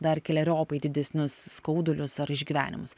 dar keleriopai didesnius skaudulius ar išgyvenimus